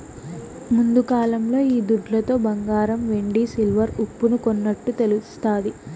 ముందుకాలంలో ఈ దుడ్లతో బంగారం వెండి సిల్వర్ ఉప్పును కొన్నట్టు తెలుస్తాది